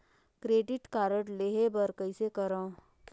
Credit card लेहे बर कइसे करव?